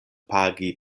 pagi